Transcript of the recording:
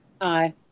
Aye